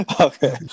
Okay